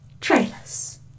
trailers